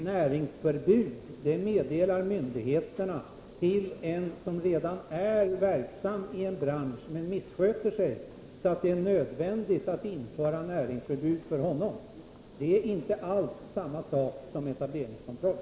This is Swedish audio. Näringsförbud meddelas av myndigheterna till en person som redan är verksam i en bransch men missköter sig, så att det är nödvändigt att införa näringsförbud för honom. Det är inte alls samma sak som etableringskontroll.